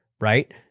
right